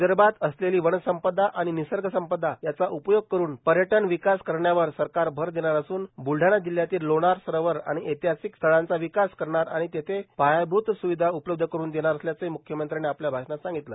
विदर्भात असलेली वनसंपदा आणि निसर्गसंपदा यांचा उपयोग करून पर्यटन विकास करण्यावर सरकार अर देणार असून ब्लढाणा जिल्ह्यातील लोणार सरोवर आणि ऐतिहासिक स्थळांचा विकास करणार आणि तिथं पायाभूत सुविधा उपलब्ध करून देणार असल्याचंही मुख्यमंत्र्यानी आपल्या आषणात सांगितलं